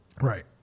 Right